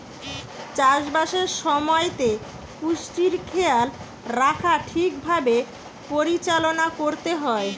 চাষ বাসের সময়তে পুষ্টির খেয়াল রাখা ঠিক ভাবে পরিচালনা করতে হয়